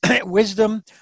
wisdom